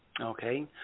Okay